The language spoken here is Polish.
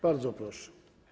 Bardzo proszę.